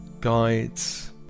guides